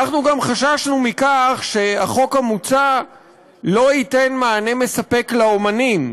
אנחנו גם חששנו מכך שהחוק המוצע לא ייתן מענה מספק לאמנים,